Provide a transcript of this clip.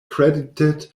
credited